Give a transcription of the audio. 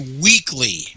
weekly